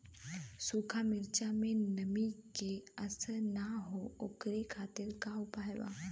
सूखा मिर्चा में नमी के असर न हो ओकरे खातीर का उपाय बा?